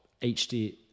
HD